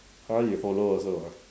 !huh! you follow also ah